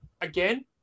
again